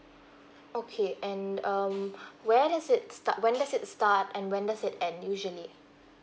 okay and um where does it start when does it start and when does it end usually